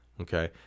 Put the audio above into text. Okay